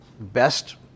best